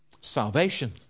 salvation